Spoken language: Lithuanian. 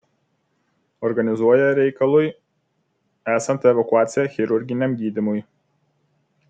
organizuoja reikalui esant evakuaciją chirurginiam gydymui